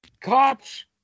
Cops